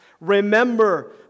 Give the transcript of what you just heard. Remember